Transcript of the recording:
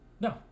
No